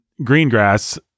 Greengrass